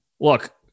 Look